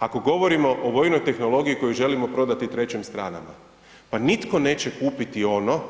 Ako govorimo o vojnoj tehnologiji koju želimo prodati trećim stranama, pa nitko neće kupiti ono